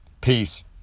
peace